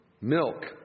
milk